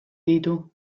ditu